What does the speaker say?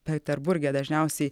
peterburge dažniausiai